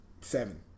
Seven